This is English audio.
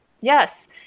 Yes